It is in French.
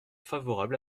favorable